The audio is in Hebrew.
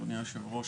אדוני היושב-ראש,